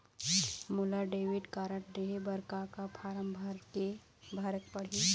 मोला debit card लेहे बर का का फार्म भरेक पड़ही?